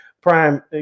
prime